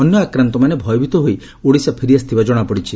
ଅନ୍ୟ ଆକ୍ରାନ୍ଡମାନେ ଭୟଭୀତ ହୋଇ ଓଡ଼ିଶା ଫେରିଆସିଥିବା ଜଣାପଡ଼ିଛି